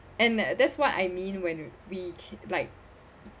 and that that's what I mean when we k~ like